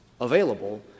available